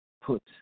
put